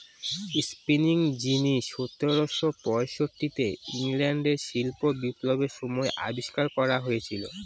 spinning jenny সতেরোশো পয়ষট্টিতে ইংল্যান্ডে শিল্প বিপ্লবের সময় আবিষ্কার করা হয়েছিল